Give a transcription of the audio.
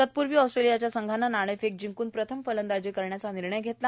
तत्पूर्वी ऑस्ट्रेलियाच्या संघानं नाणेफेक जिंकून प्रथम फलंदाजी करण्याचा निर्णय घेतला